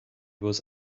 was